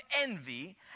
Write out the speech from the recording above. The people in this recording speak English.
envy